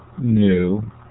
new